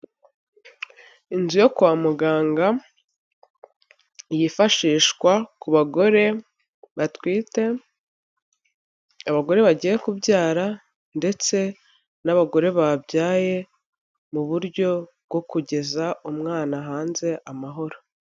Inzu yo kwa muganga yifashishwa ku bagore batwite, abagore bagiye kubyara ndetse n'abagore babyaye mu buryo bwo kugeza umwana hanze amahoro.